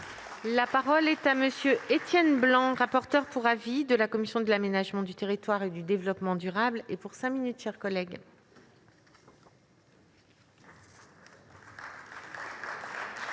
avons menés avec Étienne Blanc, rapporteur pour avis de la commission de l'aménagement du territoire et du développement durable. En conclusion, mes chers collègues,